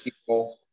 people